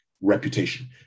reputation